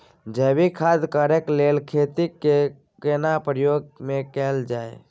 जैविक खेती करेक लैल खेत के केना प्रयोग में कैल जाय?